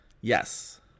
Yes